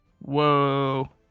Whoa